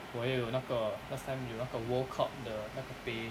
我也有那个 last time 有那个 world cup 的那个杯